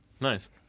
Nice